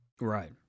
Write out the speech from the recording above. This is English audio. Right